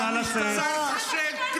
שר כושל.